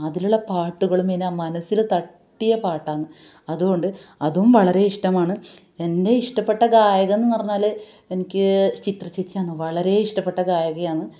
അതിലുള്ള പാട്ടുകളും പിന്നെ മനസ്സില് തട്ടിയ പാട്ടാണ് അതുകൊണ്ട് അതും വളരെ ഇഷ്ടമാണ് എൻ്റെ ഇഷ്ടപ്പെട്ട ഗായകൻ എന്ന് പറഞ്ഞാല് എനിക്ക് ചിത്രചേച്ചിയാണ് വളരെ ഇഷ്ടപ്പെട്ട ഗായികയാണ്